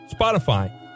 Spotify